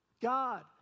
God